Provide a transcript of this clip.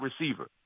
receiver